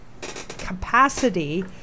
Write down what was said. capacity